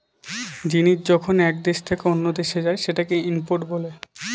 জিনিস যখন এক দেশ থেকে অন্য দেশে যায় সেটাকে ইম্পোর্ট বলে